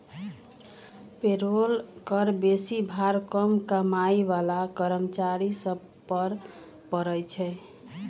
payroll कर बेशी भार कम कमाइ बला कर्मचारि सभ पर पड़इ छै